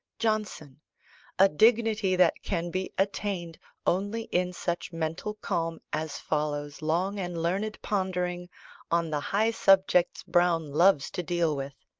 johnson a dignity that can be attained only in such mental calm as follows long and learned pondering on the high subjects browne loves to deal with.